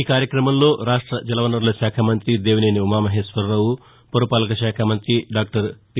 ఈ కార్యక్రమంలో రాష్ట జలవనరుల శాఖ మంత్రి దేవినేని ఉమామశ్వరరావు పురపాలక శాఖ మంతి డాక్టర్ పి